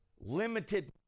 limited